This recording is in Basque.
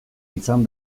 izan